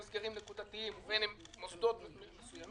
סגרים נקודתיים ובין אם במוסדות מסוימים,